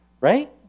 Right